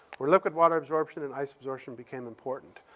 where liquid-water absorption and ice absorption became important.